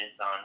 on